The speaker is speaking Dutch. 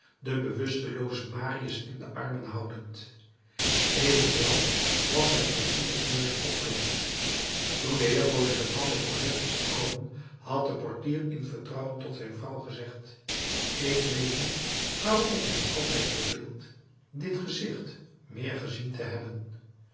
den bewusteloozen marius in de armen houdend evenwel was zijn portiersneus opgewekt toen de heer fauchelevent met cosette was gekomen had de portier in vertrouwen tot zijn vrouw gezegd ik weet niet waarom ik mij altijd verbeeld dit gezicht meer gezien te hebben